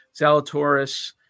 Zalatoris